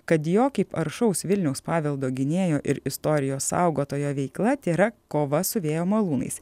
kad jo kaip aršaus vilniaus paveldo gynėjo ir istorijos saugotojo veikla tėra kova su vėjo malūnais